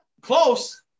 Close